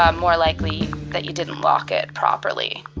um more likely that you didn't lock it properly.